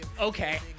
Okay